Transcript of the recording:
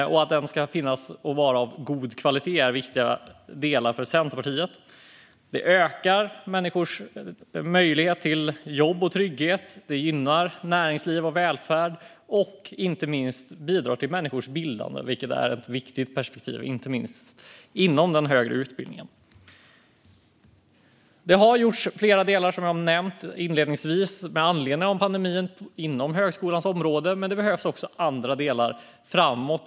Att den är av god kvalitet är viktigt för Centerpartiet. Det ökar människors möjlighet till jobb och trygghet, det gynnar näringsliv och välfärd och det bidrar till människors bildning, vilket är ett viktigt perspektiv, inte minst inom den högre utbildningen. Det har som jag nämnde inledningsvis gjorts flera saker inom högskolans område med anledning av pandemin, men det behövs också andra saker framöver.